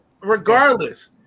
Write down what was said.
regardless